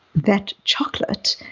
that chocolate,